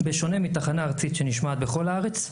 בשונה מתחנה ארצית שנשמעת בכל הארץ.